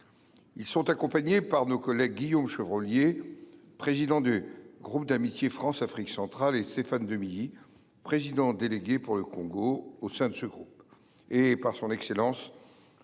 est accompagnée de nos collègues Guillaume Chevrollier, président du groupe d’amitié France Afrique centrale, et Stéphane Demilly, président délégué pour le Congo Brazzaville au sein de ce groupe, ainsi que de Son Excellence